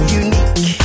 unique